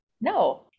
No